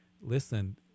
Listen